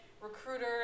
recruiter